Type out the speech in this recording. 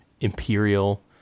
imperial